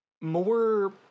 more